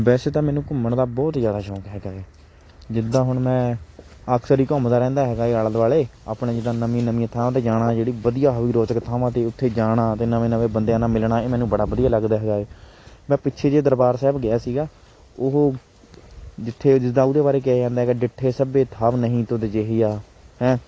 ਵੈਸੇ ਤਾਂ ਮੈਨੂੰ ਘੁੰਮਣ ਦਾ ਬਹੁਤ ਜਿਆਦਾ ਸ਼ੌਂਕ ਹੈਗਾ ਏ ਜਿੱਦਾਂ ਹੁਣ ਮੈਂ ਅਕਸਰ ਹੀ ਘੁੰਮਦਾ ਰਹਿੰਦਾ ਹੈਗਾ ਆਲੇ ਦੁਆਲੇ ਆਪਣੇ ਜਿੱਦਾਂ ਨਵੀਂਆਂ ਨਵੀਂਆਂ ਥਾਂ 'ਤੇ ਜਾਣਾ ਜਿਹੜੀ ਵਧੀਆ ਹੋਵੇ ਰੋਚਕ ਥਾਵਾਂ 'ਤੇ ਉੱਥੇ ਜਾਣਾ ਅਤੇ ਨਵੇਂ ਨਵੇਂ ਬੰਦਿਆਂ ਨਾਲ ਮਿਲਣਾ ਇਹ ਮੈਨੂੰ ਬੜਾ ਵਧੀਆ ਲੱਗਦਾ ਹੈਗਾ ਏ ਮੈਂ ਪਿੱਛੇ ਜਿਹੇ ਦਰਬਾਰ ਸਾਹਿਬ ਗਿਆ ਸੀਗਾ ਉਹ ਜਿੱਥੇ ਜਿਸਦਾ ਉਹਦੇ ਬਾਰੇ ਕਿਹਾ ਜਾਂਦਾ ਹੈਗਾ ਡਿੱਠੇ ਸਭੇ ਥਾਵ ਨਹੀਂ ਤੁਧ ਜੇਹਿਆ ਹੈਂ